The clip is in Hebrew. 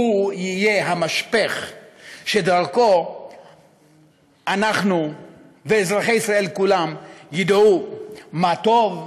המשפך שדרכו אנחנו ואזרחי ישראל כולם נדע מה טוב,